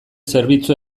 zerbitzu